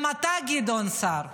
גם אתה, גדעון סער,